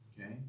okay